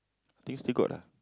I think still got ah